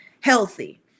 healthy